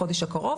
בחודש הקרוב,